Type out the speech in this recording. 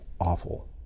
awful